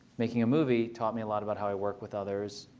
making a movie taught me a lot about how i work with others.